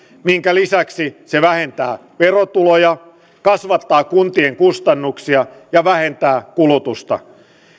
minkä lisäksi se vähentää verotuloja kasvattaa kuntien kustannuksia ja vähentää kulutusta